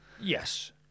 Yes